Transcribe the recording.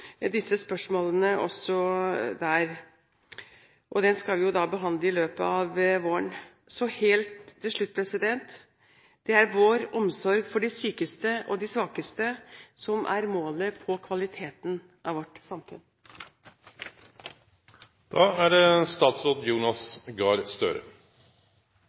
disse spørsmålene også der. Den skal vi jo behandle i løpet av våren. Helt til slutt: Det er vår omsorg for de sykeste og svakeste som er målet på kvaliteten av vårt